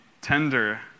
tender